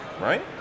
right